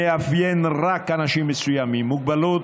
שמאפיין רק אנשים מסוימים, מוגבלות,